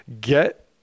get